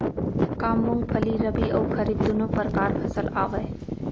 का मूंगफली रबि अऊ खरीफ दूनो परकार फसल आवय?